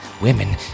Women